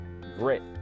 grit